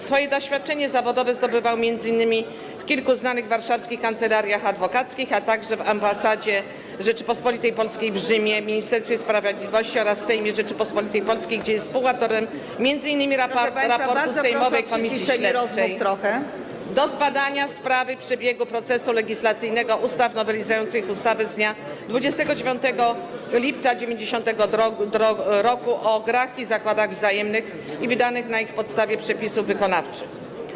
Swoje doświadczenie zawodowe zdobywał m.in. w kilku znanych warszawskich kancelariach adwokackich, a także w Ambasadzie Rzeczypospolitej w Rzymie, Ministerstwie Sprawiedliwości oraz Sejmie Rzeczypospolitej Polskiej, gdzie był współautorem m.in. raportu sejmowej komisji śledczej do zbadania sprawy przebiegu procesu legislacyjnego ustaw nowelizujących ustawę z dnia 29 lipca 1992 r. o grach i zakładach wzajemnych i wydanych na ich podstawie przepisów wykonawczych.